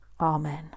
Amen